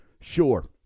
sure